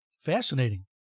Fascinating